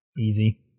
easy